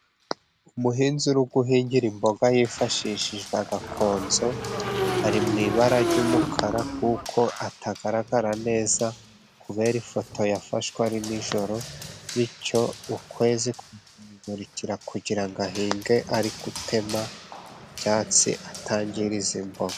Umuhinzi uri guhingira imboga hifashishijwe agakonzo, ari mu ibara ry'umukara kuko atagaragara neza kubera ifoto yafashwe ari nijoro, bityo ukwezi kuri kumumurikira kugira ngo ahinge ari gutema ibyatsi, atangiriza imboga.